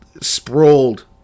sprawled